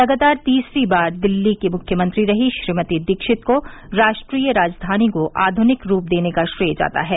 लगातार तीन बार दिल्ली की मुख्यमंत्री रहीं श्रीमती दीक्षित को राष्ट्रीय राजधानी को आध्निक रूप देने का श्रेय जाता हैं